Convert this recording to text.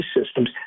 systems